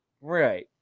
right